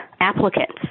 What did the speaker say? applicants